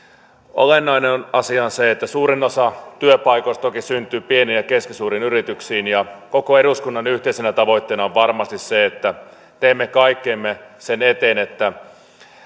olennainen asia on se että suurin osa työpaikoista toki syntyy pieniin ja keskisuuriin yrityksiin ja koko eduskunnan yhteisenä tavoitteena on varmasti se että teemme kaikkemme sen eteen että